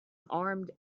armed